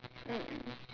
mm